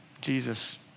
Jesus